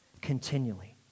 continually